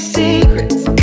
secrets